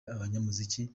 abanyamuziki